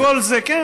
כן.